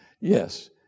Yes